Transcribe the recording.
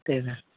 ठीक है